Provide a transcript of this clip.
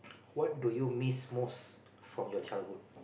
what do you miss most from your childhood